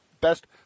best